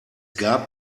gab